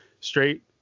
straight